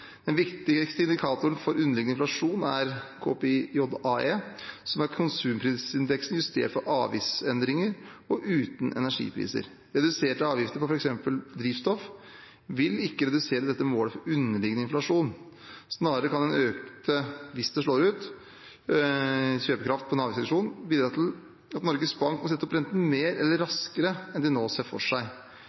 Den viktigste indikatoren for underliggende inflasjon er KPI-JAE, som er konsumprisindeksen justert for avgiftsendringer og uten energipriser. Reduserte avgifter på f.eks. drivstoff vil ikke redusere dette målet for underliggende inflasjon, snarere kan den økte – hvis det slår ut – kjøpekraft på en avgiftsreduksjon bidra til at Norges Bank må sette opp renten mer eller raskere enn de nå ser for seg.